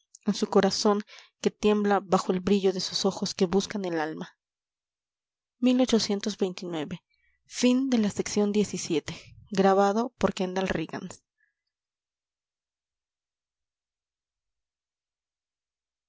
en su corazón que tiembla bajo el brillo de sus ojos que buscan el alma